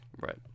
Right